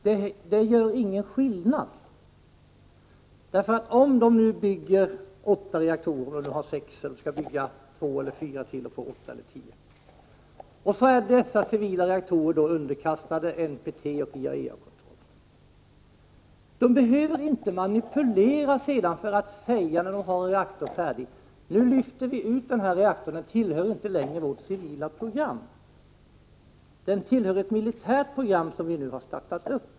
Men det innebär inte någon förändring. Om man, som är fallet i Sydkorea, har åtta eller tio reaktorer — man har nu sex reaktorer och skall bygga ytterligare två eller fyra för att få åtta eller tio reaktorer — och dessa civila reaktorer är underkastade NPT och IAEA-kontroll, behöver man nämligen inte göra några manipulationer när en reaktor väl är färdig. Då kan man säga: Nu lyfter vi ut den här reaktorn från det civila programmet. Den tillhör inte längre vårt civila program utan den tillhör ett militärt program som vi har startat.